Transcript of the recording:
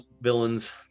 villains